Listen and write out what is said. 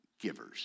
givers